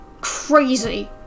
crazy